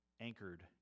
anchored